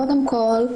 קודם כול,